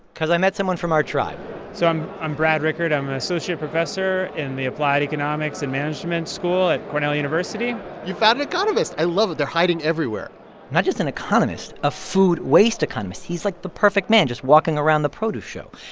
because i met someone from our tribe so i'm i'm brad rickard. i'm an associate professor in the applied economics and management school at cornell university you found an economist. i love it. they're hiding everywhere not just an economist a food waste economist. he's, like, the perfect man, just walking around the produce show.